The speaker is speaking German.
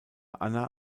anna